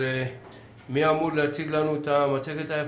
מי מציג לנו את המצגת?